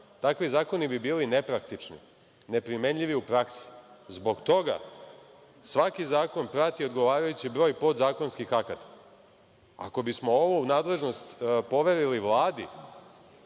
Takvi zakoni bi bili nepraktični. Neprimenjivi u praksi. Zbog toga svaki zakon prati odgovarajući broj podzakonskih akata. Ako bismo ovo u nadležnost poverili Vladi,